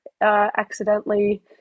accidentally